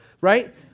right